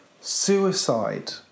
suicide